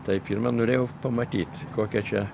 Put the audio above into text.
tai pirma norėjau pamatyt kokia čia